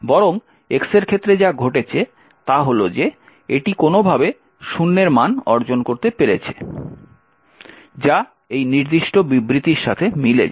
বরং x এর ক্ষেত্রে যা ঘটেছে তা হল যে এটি কোনওভাবে শূন্যের মান অর্জন করতে পেরেছে যা এই নির্দিষ্ট বিবৃতির সাথে মিলে যায়